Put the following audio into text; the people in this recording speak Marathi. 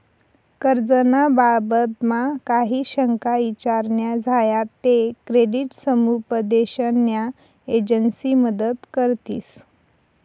कर्ज ना बाबतमा काही शंका ईचार न्या झायात ते क्रेडिट समुपदेशन न्या एजंसी मदत करतीस